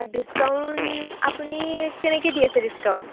discount আপুনি কেনেকৈ দি আছে ডিছকাউণ্ট